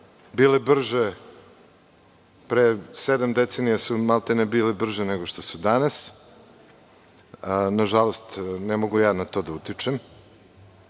bile brže. Pre sedam decenija su maltene bile brže nego što su danas. Nažalost, ne mogu ja na to da utičem. Nije